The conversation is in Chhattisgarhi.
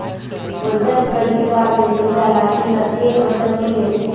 ओजन कर हिसाब ले चमेटा लाठी हर ढेर ओजन नी रहें